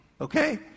Okay